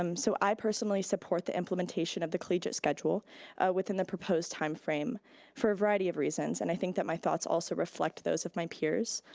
um so i personally support the implementation of the collegiate schedule within the proposed timeframe for a variety of reasons and i think that my thoughts also reflect those of my peers.